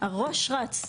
הראש רץ.